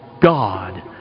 God